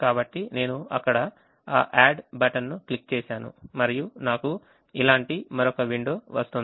కాబట్టి నేను ఇక్కడ ఆ యాడ్ బటన్ను క్లిక్ చేసాను మరియు నాకు ఇలాంటి మరొక విండో వస్తుంది